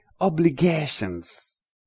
obligations